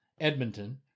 Edmonton